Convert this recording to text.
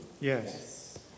Yes